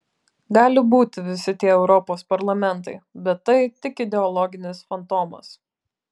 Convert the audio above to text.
gali būti visi tie europos parlamentai bet tai tik ideologinis fantomas